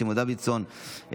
סימון דוידסון,